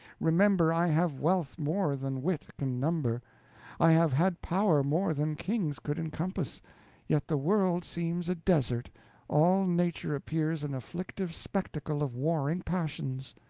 remember, i have wealth more than wit can number i have had power more than kings could emcompass yet the world seems a desert all nature appears an afflictive spectacle of warring passions.